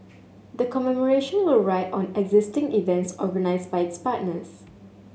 the commemoration will ride on existing events organised by its partners